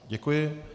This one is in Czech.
Děkuji.